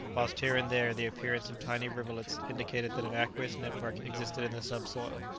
whilst here and there the appearance of tiny rivulets indicated that an aqueous network existed in the subsoil.